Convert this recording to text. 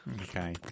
Okay